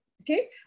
Okay